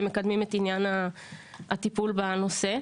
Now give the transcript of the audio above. מקדמים את עניין הטיפול בנושא.